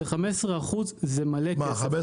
זה 15%, זה מלא כסף.